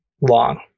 long